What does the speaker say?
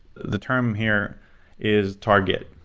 the term here is target.